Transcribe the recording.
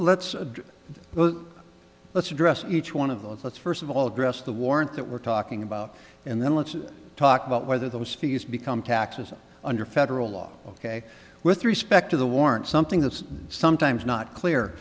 well let's address each one of those let's first of all address the warrant that we're talking about and then let's talk about whether those fees become taxes under federal law ok with respect to the warrant something that's sometimes not clear